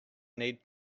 need